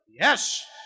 Yes